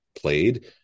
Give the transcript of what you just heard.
played